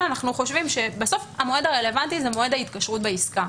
אנחנו חושבים שבסוף המועד הרלוונטי הוא מועד ההתקשרות בעסקה.